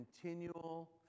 continual